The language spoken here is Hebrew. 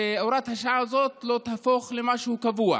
שהוראת השעה הזאת לא תהפוך למשהו קבוע?